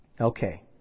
Okay